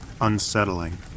unsettling